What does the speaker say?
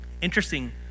Interesting